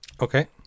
Okay